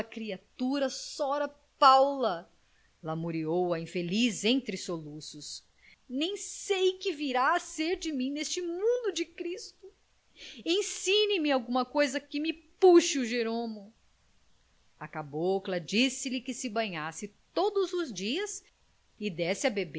criatura sora paula lamuriou a infeliz entre soluços nem sei que virá a ser de mim neste mundo de cristo ensine me alguma coisa que me puxe o jeromo a cabocla disse-lhe que se banhasse todos os dias e desse